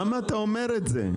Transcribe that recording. למה אתה אומר את זה?